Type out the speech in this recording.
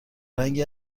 رنگی